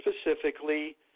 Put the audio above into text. specifically